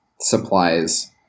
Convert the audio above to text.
supplies